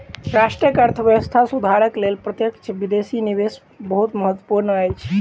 राष्ट्रक अर्थव्यवस्था सुधारक लेल प्रत्यक्ष विदेशी निवेश बहुत महत्वपूर्ण अछि